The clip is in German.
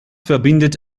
verbindet